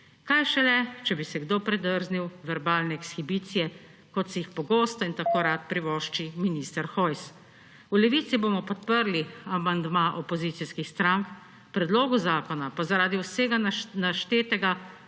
Kaj šele, če bi si kdo predrznil verbalne ekshibicije, kot si jih pogosto in tako rad privošči minister Hojs. V Levici bomo podprli amandma opozicijskih strank, predlogu zakona pa zaradi vsega naštetega